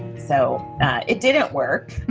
so it didn't work.